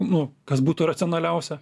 nu kas būtų racionaliausia